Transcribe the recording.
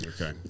Okay